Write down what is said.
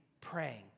praying